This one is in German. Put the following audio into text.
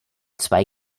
zwei